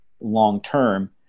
long-term